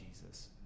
Jesus